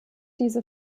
diese